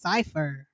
Cipher